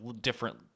different